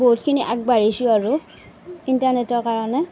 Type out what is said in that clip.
বহুতখিনি আগবাঢ়িছোঁ আৰু ইণ্টাৰনেটৰ কাৰণে